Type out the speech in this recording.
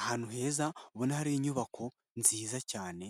Ahantu heza ubona hari inyubako nziza cyane,